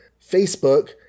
Facebook